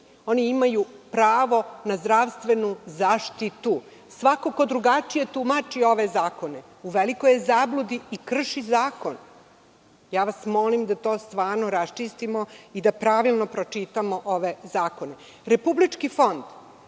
Oni imaju pravo na zdravstvenu zaštitu. Svako ko drugačije tumači ove zakone u velikoj je zabludi i krši zakon. Molim vas da to stvarno raščistimo i da pravilno pročitamo ove zakone. Republički fond,